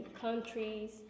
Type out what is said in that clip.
countries